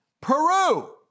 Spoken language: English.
Peru